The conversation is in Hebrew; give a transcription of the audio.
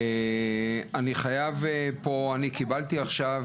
אני חייב פה, אני קיבלתי עכשיו